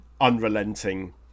unrelenting